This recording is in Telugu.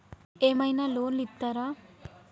ఏమైనా లోన్లు ఇత్తరా?